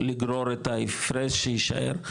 לגרור את ההפרש שיישאר,